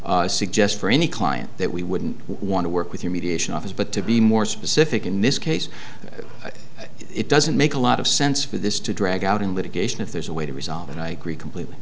never suggest for any client that we wouldn't want to work with the mediation office but to be more specific in this case it doesn't make a lot of sense for this to drag out in litigation if there's a way to resolve and i agree completely